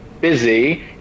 busy